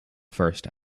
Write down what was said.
first